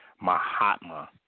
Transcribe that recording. Mahatma